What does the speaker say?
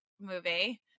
movie